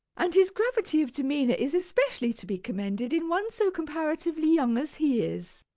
and his gravity of demeanour is especially to be commended in one so comparatively young as he is.